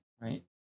Right